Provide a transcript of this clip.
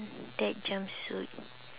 that jumpsuit